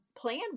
plan